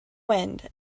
wind